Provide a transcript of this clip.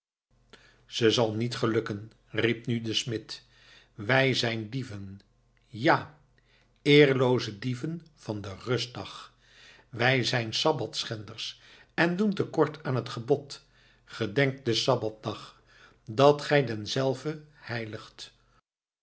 ze zal niet gelukken riep nu de smid wij zijn dieven ja eerlooze dieven van den rustdag wij zijn sabbat schenders en doen te kort aan het gebod gedenckt den sabbatdag dat gij denselven heylight